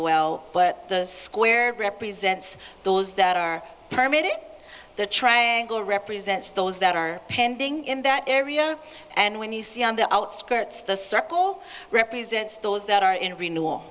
well but the square represents those that are permit it the triangle represents those that are pending in that area and when you see on the outskirts the circle represents those that are in ren